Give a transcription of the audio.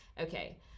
Okay